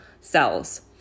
cells